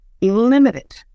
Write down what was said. limited